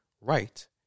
right